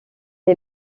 est